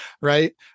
right